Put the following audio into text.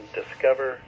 discover